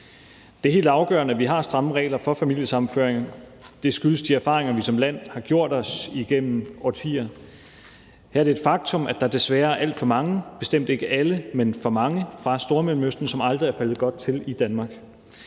Det er helt afgørende, at vi har stramme regler for familiesammenføring. Det skyldes de erfaringer, vi som land har gjort os igennem årtier. Så er det et faktum, at der desværre er alt for mange, bestemt ikke alle, men for mange fra Stormellemøsten, som aldrig er faldet godt til i Danmark.